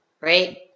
Right